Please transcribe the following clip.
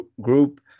group